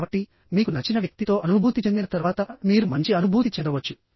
కాబట్టిమీకు నచ్చిన వ్యక్తితో అనుభూతి చెందిన తర్వాత మీరు మంచి అనుభూతి చెందవచ్చు